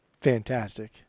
fantastic